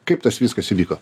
kaip tas viskas įvyko